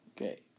Okay